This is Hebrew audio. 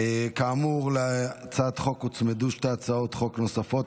כאמור, להצעת החוק הוצמדו שתי הצעות חוק נוספות.